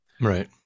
right